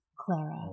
Clara